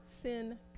sin